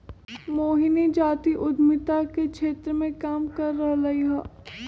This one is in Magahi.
मोहिनी जाति उधमिता के क्षेत्र मे काम कर रहलई ह